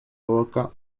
boca